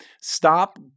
stop